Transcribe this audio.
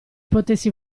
potessi